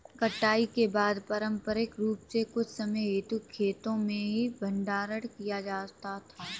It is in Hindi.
कटाई के बाद पारंपरिक रूप से कुछ समय हेतु खेतो में ही भंडारण किया जाता था